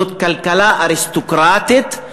זו כלכלה אריסטוקרטית,